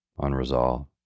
unresolved